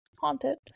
haunted